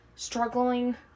struggling